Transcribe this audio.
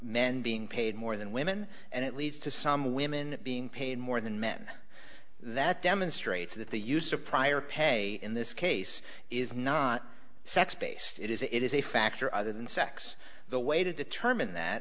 men being paid more than women and it leads to some women being paid more than men that demonstrates that the use of prior pay in this case is not sex based it is it is a factor other than sex the way to determine that